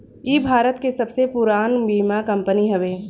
इ भारत के सबसे पुरान बीमा कंपनी हवे